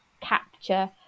capture